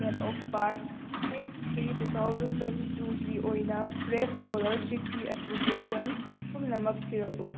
date of birth six three two thousand twenty ꯇꯨꯒꯤ ꯑꯣꯏꯅ fresh ꯏꯁꯀꯣꯂꯥꯔꯁꯤꯞꯀꯤ ꯑꯦꯄ꯭ꯂꯤꯀꯦꯁꯟ ꯄꯨꯝꯅꯃꯛ ꯊꯤꯔꯛꯎ